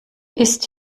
ist